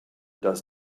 does